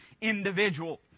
individual